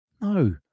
No